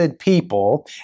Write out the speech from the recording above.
people